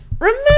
Remember